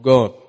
God